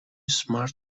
smart